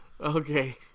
Okay